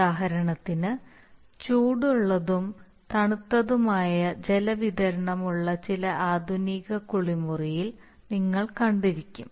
ഉദാഹരണത്തിന് ചൂടുള്ളതും തണുത്തതുമായ ജലവിതരണമുള്ള ചില ആധുനിക കുളിമുറിയിൽ നിങ്ങൾ കണ്ടിരിക്കണം